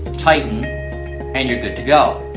tighten and you are good to go.